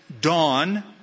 dawn